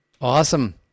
Awesome